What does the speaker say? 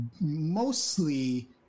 mostly